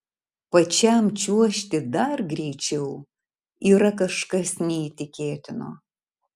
pačiam čiuožti dar greičiau yra kažkas neįtikėtino